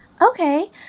Okay